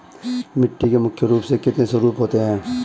मिट्टी के मुख्य रूप से कितने स्वरूप होते हैं?